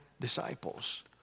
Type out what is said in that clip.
disciples